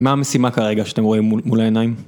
מה המשימה כרגע שאתם רואים מול העיניים?